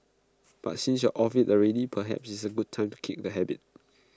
but since you are off IT already perhaps IT is A good time to kick the habit